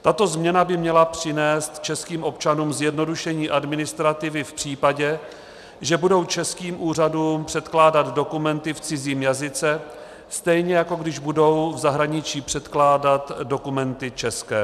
Tato změna by měla přinést českým občanům zjednodušení administrativy v případě, že budou českým úřadům předkládat dokumenty v cizím jazyce, stejně jako když budou v zahraničí předkládat dokumenty české.